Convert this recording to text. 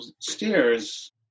stairs